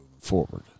forward